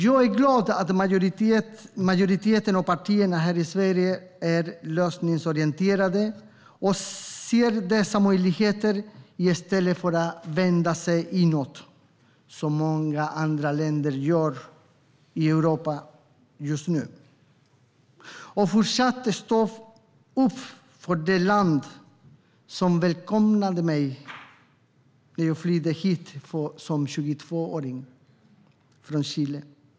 Jag är glad att majoriteten av partierna här i Sverige är lösningsorienterade och ser dessa möjligheter i stället för att vända sig inåt, som många andra länder i Europa gör just nu, och fortsatt står upp för det land som välkomnade mig när jag flydde hit som 22-åring från Chile.